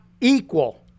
equal